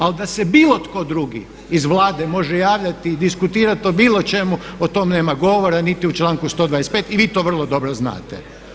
Ali da se bilo tko drugi iz Vlade može javljati i diskutirati o bilo čemu o tom nema govora niti u članku 125. i vi to vrlo dobro znate.